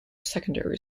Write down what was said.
secondary